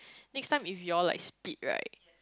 next time if you all like spilt right